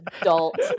adult